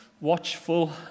watchful